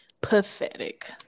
pathetic